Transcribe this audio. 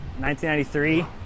1993